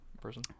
person